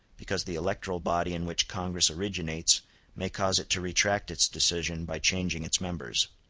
because the electoral body in which congress originates may cause it to retract its decision by changing its members.